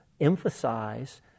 emphasize